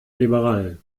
liberal